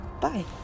bye